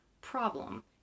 problem